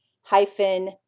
hyphen